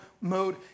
mode